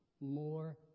more